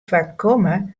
foarkomme